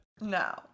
No